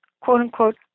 quote-unquote